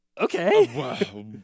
Okay